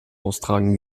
austragen